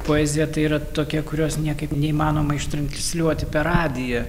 poezija tai yra tokia kurios niekaip neįmanoma ištransliuoti per radiją